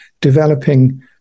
developing